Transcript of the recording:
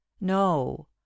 no